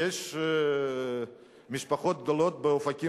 יש משפחות חד-הוריות גדולות באופקים,